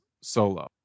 solo